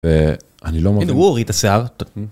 ואני לא מבין. -הנה, הוא הוריד את השיער.